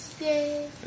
Yay